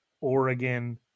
Oregon